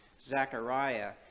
Zechariah